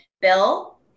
Bill